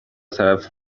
طرف